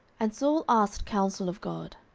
and saul asked counsel of god,